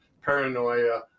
Paranoia